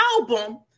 album